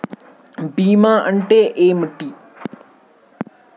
బీమా అంటే ఏమిటి?